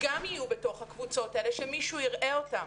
גם יהיו בתוך הקבוצות האלה ומישהו יראה אותם.